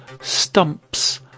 stumps